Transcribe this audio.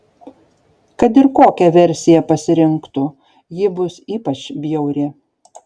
kad ir kokią versiją pasirinktų ji bus ypač bjauri